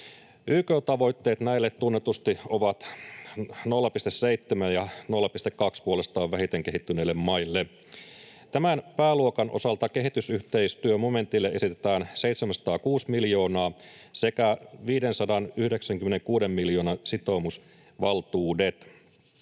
YK-tavoitteet näille tunnetusti ovat 0,7 ja vähiten kehittyneille maille puolestaan 0,2. Tämän pääluokan osalta kehitysyhteistyömomentille esitetään 706 miljoonaa sekä 596 miljoonan sitoumusvaltuudet.